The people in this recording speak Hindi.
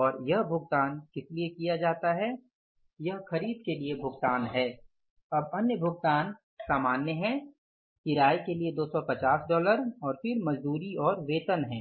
और यह भुगतान किस लिए किया जाता है यह खरीद के लिए भुगतान है अब अन्य भुगतान सामान्य हैं किराए के लिए 250 डॉलर और फिर मजदूरी और वेतन है